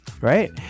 right